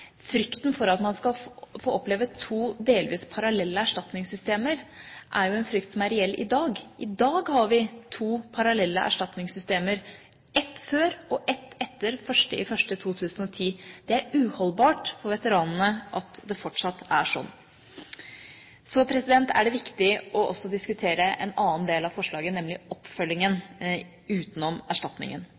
frykten for at man skal få oppleve to delvis parallelle erstatningssystemer, er jo reell i dag. I dag har vi to parallelle erstatningssystemer, et før og et etter 1. januar 2010. Det er uholdbart for veteranene at det fortsatt er sånn. Så er det viktig også å diskutere en annen del av forslaget, nemlig oppfølgingen utenom erstatningen.